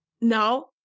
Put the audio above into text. No